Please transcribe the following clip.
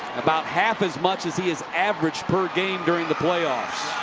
about half as much as he has averaged per game during the playoffs.